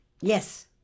Yes